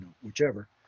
whichever